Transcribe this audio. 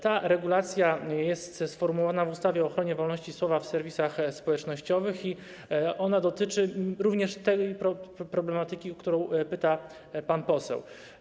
Ta regulacja jest sformułowana w ustawie o ochronie wolności słowa w serwisach społecznościowych i dotyczy również tej problematyki, o którą pyta pan poseł.